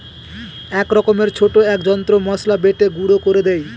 এক রকমের ছোট এক যন্ত্র মসলা বেটে গুঁড়ো করে দেয়